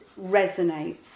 resonates